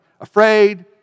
Afraid